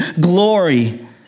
glory